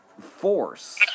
force